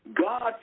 God